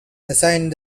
assigned